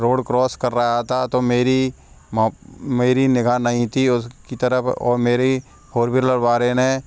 road cross कर रहा था तो मेरी मो मेरी निगाह नहीं थी उसकी तरफ़ और मेरी फोर व्हीलर वाले ने